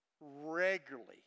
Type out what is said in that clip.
regularly